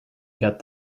get